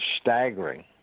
staggering